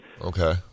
okay